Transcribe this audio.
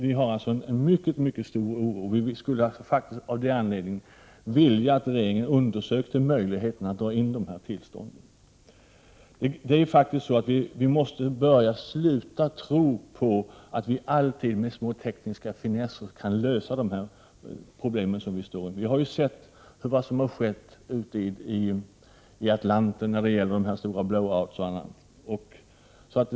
Vi hyser en mycket stor oro och skulle av den anledningen vilja att regeringen undersökte möjligheterna att dra in de beviljade tillstånden. Vi måste sluta tro på att vi alltid med små tekniska finesser kan lösa de problem som vi står inför. Vi har ju sett vad som har skett ute i Atlanten.